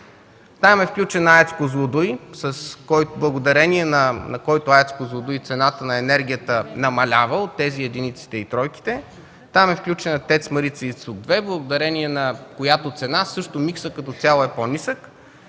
Там е включена АЕЦ „Козлодуй”, благодарение на която цената на енергията намалява от единиците и тройките. Там е включена ТЕЦ „Марица Изток 2”, благодарение на която цена също миксът като цяло е по нисък.